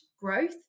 growth